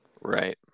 Right